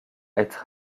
être